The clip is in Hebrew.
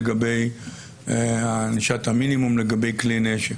לגבי ענישת המינימום בקשר לכלי נשק.